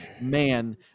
man